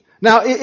Now